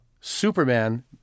Superman